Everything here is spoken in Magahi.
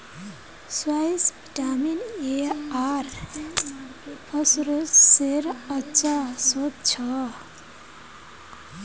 स्क्वाश विटामिन ए आर फस्फोरसेर अच्छा श्रोत छ